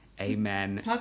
Amen